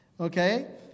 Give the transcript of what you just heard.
okay